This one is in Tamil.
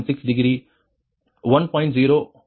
05 j 0 சரியா